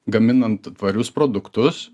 gaminant tvarius produktus